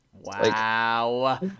Wow